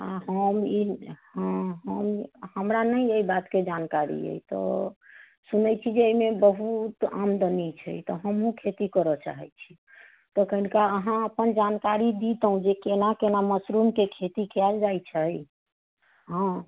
आ हम ई हँ हम हमरा नहि एहि बातके जानकारी अछि तऽ सुनैत छी जे एहिमे बहुत आमदनी छै तऽ हमहुँ खेती करऽ चाहैत छी तऽ कनिका अहाँ अपन जानकारी दितहुँ जे केना केना मशरुमके खेती कैल जाइत छै हँ